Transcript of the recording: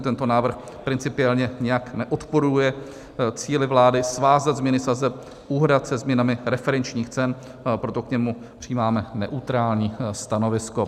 Tento návrh principiálně nijak neodporuje cíli vlády svázat změny sazeb úhrad se změnami referenčních cen, proto k němu přijímáme neutrální stanovisko.